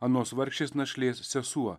anos vargšės našlės sesuo